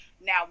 Now